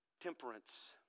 temperance